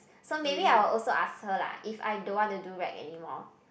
so maybe I will also alter lah if I don't want to do rack anymore